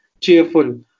cheerful